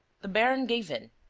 the baron gave in.